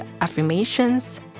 affirmations